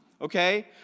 okay